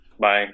Bye